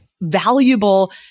valuable